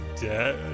dead